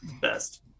best